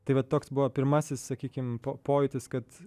tai va toks buvo pirmasis sakykim po pojūtis kad